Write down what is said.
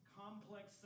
complex